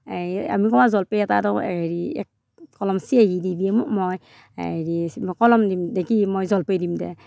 এই আমি কওঁ আও জলফাই এটা এটা হেৰি এক কলম চিঞাঁহী দিবি মই হেৰি কলম দিম কি মই জলফাই দিম দে